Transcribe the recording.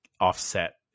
offset